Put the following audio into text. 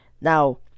now